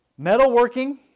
Metalworking